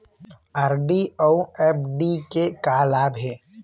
RD अऊ FD के का लाभ हे?